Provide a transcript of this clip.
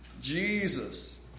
Jesus